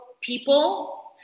people